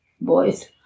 boys